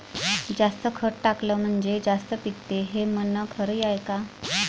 जास्त खत टाकलं म्हनजे जास्त पिकते हे म्हन खरी हाये का?